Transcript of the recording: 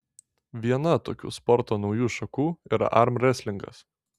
viena tokių sporto naujų šakų yra armrestlingas